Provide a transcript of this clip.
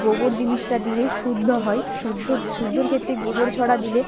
গোবর জিনিসটা দিলে শুদ্ধ হয় শুদ্ধ শুদ্ধর ক্ষেত্রে গোবর ছড়া দিলে